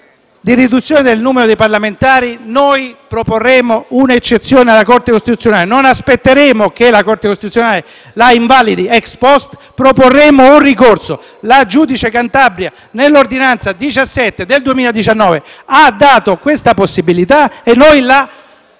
riduzione del numero dei parlamentari proporremo un'eccezione alla Corte costituzionale. Non aspetteremo che la Corte costituzionale invalidi la legge *ex post*, ma proporremo un ricorso. Il giudice Cartabia nell'ordinanza n. 17 del 2019 ha dato questa possibilità e noi